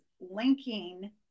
linking